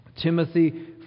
Timothy